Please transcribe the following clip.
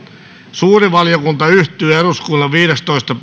suuri valiokunta yhtyy eduskunnan viidestoista